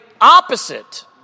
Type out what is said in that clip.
opposite